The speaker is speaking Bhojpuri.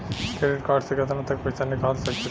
क्रेडिट कार्ड से केतना तक पइसा निकाल सकिले?